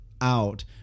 out